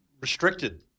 restricted